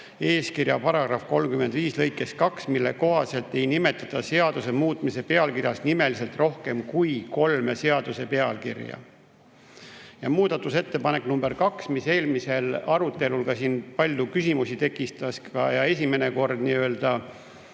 eeskirja § 35 lõikest 2, mille kohaselt ei nimetata seaduse muutmise pealkirjas nimeliselt rohkem kui kolme seaduse pealkirja. Muudatusettepanek nr 2 tekitas eelmisel arutelul ka siin palju küsimusi ja seda esimene kord komisjonis